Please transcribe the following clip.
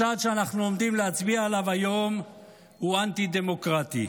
הצעד שאנחנו עומדים להצביע עליו היום הוא אנטי-דמוקרטי.